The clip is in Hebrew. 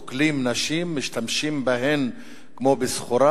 סוקלים נשים, משתמשים בהן כמו בסחורה.